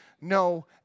no